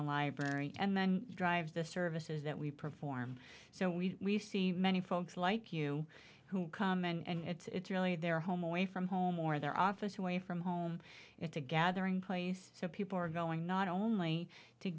the library and then drives the services that we perform so we see many folks like you who come and it's really their home away from home or their office away from home it's a gathering place so people are going not only to